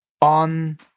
on